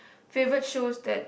favourite shows that